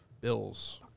Bills